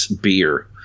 beer